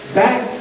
back